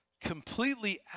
completely